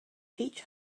peach